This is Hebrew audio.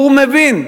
הוא מבין,